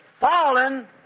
fallen